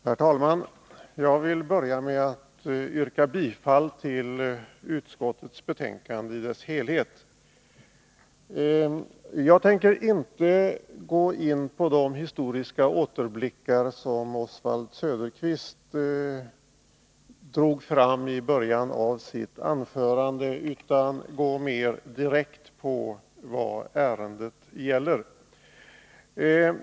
Herr talman! Jag vill börja med att yrka bifall till utskottets hemställan i dess helhet. Jag tänker inte gå in på de historiska återblickar som Oswald Söderqvist tog fram i början av sitt anförande, utan jag går mer direkt in på vad ärendet gäller.